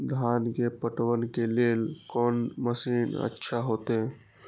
धान के पटवन के लेल कोन मशीन अच्छा होते?